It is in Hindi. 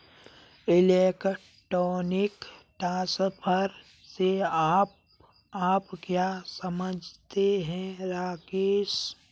इलेक्ट्रॉनिक ट्रांसफर से आप क्या समझते हैं, राकेश?